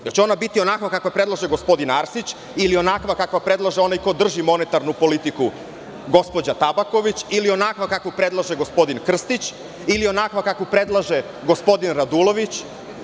Da li će ona biti onakva kakvu predlaže gospodin Arsić, ili onakva kakvu predlaže onaj ko drži monetarnu politiku gospođa Tabaković, ili onakva kakvu predlaže gospodin Krstić, ili onakva kakvu predlaže gospodin Radulović.